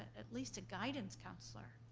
at least a guidance counselor,